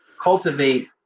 cultivate